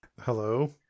Hello